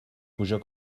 puja